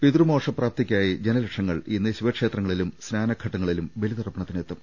പിതൃമോക്ഷ പ്രാപ്തിക്കായി ജനലക്ഷങ്ങൾ ഇന്ന് ശിവക്ഷേത്രങ്ങളിലും സ്നാനഘട്ടങ്ങളിലും ബലിതർപ്പണത്തി നെത്തും